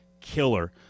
killer